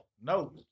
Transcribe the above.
No